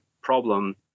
problem